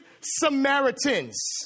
Samaritans